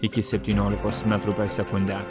iki septyniolikos metrų per sekundę